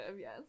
yes